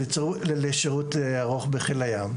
לשירות ארוך בחיל הים.